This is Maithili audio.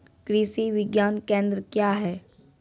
कृषि विज्ञान केंद्र क्या हैं?